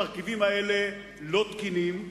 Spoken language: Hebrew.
כאשר שלושת המרכיבים האלה לא תקינים,